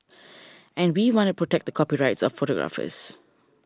and we want to protect the copyrights of photographers